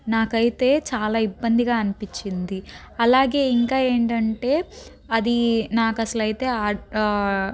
నాకైతే చాలా ఇబ్బందిగా అనిపిచ్చింది అలాగే ఇంకా ఏంటంటే అది నాకసలు అయితే